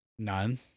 None